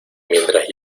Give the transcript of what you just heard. mientras